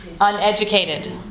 Uneducated